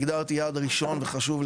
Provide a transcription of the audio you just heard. הגדרתי יעד ראשון וחשוב,